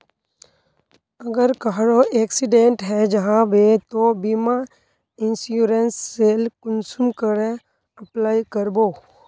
अगर कहारो एक्सीडेंट है जाहा बे तो बीमा इंश्योरेंस सेल कुंसम करे अप्लाई कर बो?